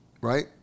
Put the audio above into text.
right